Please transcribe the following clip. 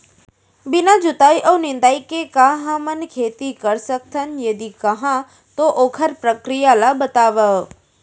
बिना जुताई अऊ निंदाई के का हमन खेती कर सकथन, यदि कहाँ तो ओखर प्रक्रिया ला बतावव?